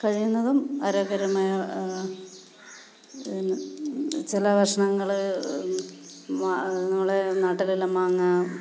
കഴിയുന്നതും ആരോഗ്യകരമായ ചില ഭക്ഷണങ്ങൾ നമ്മുടെ നാട്ടിലെല്ലാം മാങ്ങ